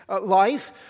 life